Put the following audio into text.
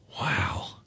Wow